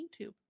YouTube